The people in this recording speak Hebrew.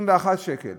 21 שקל,